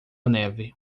neve